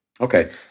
Okay